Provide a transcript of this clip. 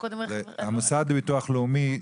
המוסד לביטוח לאומי,